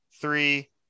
three